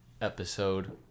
Episode